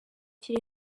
kiri